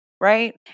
right